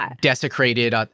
desecrated